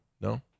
No